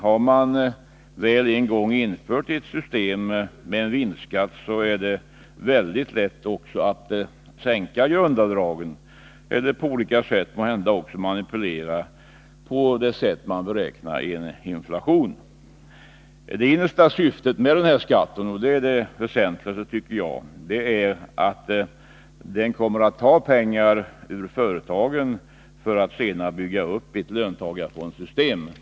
Har man väl en gång infört ett system med en vinstskatt är det väldigt lätt att sänka grundavdragen eller att på olika sätt manipulera beräkningen av inflationen. Det innersta syftet med denna skatt — och det tycker jag är det väsentligaste — är att man genom den kommer att ta pengar ur företagen för att senare bygga upp ett löntagarfondssystem.